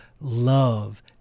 love